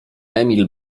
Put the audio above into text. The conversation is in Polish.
emil